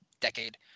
decade